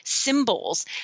symbols